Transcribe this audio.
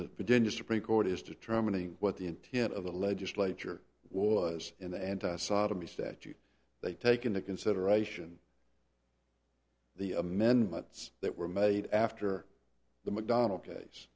prodigious supreme court is determining what the intent of the legislature was in the end sodomy statute they take into consideration the amendments that were made after the mcdonnell case